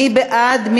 מי בעד?